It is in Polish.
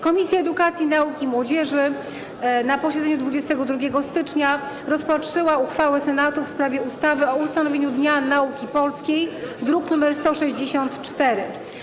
Komisja Edukacji, Nauki i Młodzieży na posiedzeniu 22 stycznia rozpatrzyła uchwałę Senatu w sprawie ustawy o ustanowieniu Dnia Nauki Polskiej, druk nr 164.